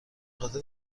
خاطر